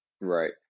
Right